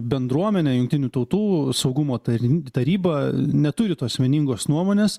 bendruomenė jungtinių tautų saugumo tarny taryba neturi tos vieningos nuomonės